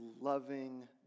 loving